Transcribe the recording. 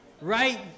right